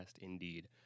indeed